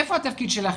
איפה התפקיד שלכם?